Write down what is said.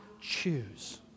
choose